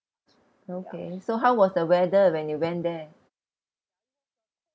okay so how was the weather when you went there